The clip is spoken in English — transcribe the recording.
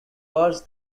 worse